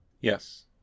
Yes